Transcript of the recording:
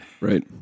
Right